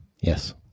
yes